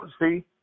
see